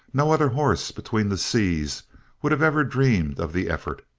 no other horse between the seas would have ever dreamed of the effort.